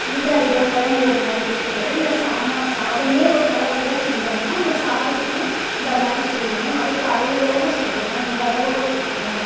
இதாக ஆயிடும் குழம்பு ஒரு மாதிரி கெட்டு போகும் இல்லை சாமா சாதமே ஒரு நல்ல படியாக செஞ்சோமுன்னால் அந்த சாதத்தையும் இந்த மாதிரி செய்யணும் அதுக்கு அளவுகளோடய செய்யணும் இந்த அளவுகளை கொடுக்கணும்